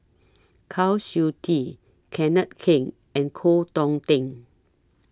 Kwa Siew Tee Kenneth Keng and Koh Hong Teng